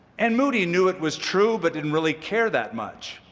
and moody knew it was true, but didn't really care that much.